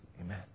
amen